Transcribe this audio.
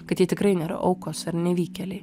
kad jie tikrai nėra aukos ar nevykėliai